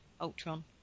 Ultron